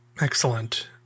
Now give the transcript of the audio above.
Excellent